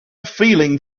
feeling